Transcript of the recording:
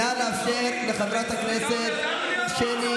תשאל את